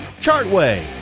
Chartway